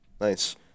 Nice